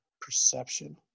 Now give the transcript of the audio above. Perception